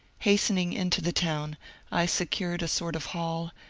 hastening into the town i secured a sort of hall,